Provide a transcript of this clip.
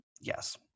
Yes